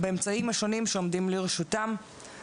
באמצעים השונים שעומדים לרשותם.